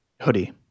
Hoodie